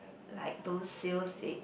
like those sales ag~